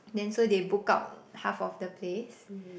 then so they book up half of the place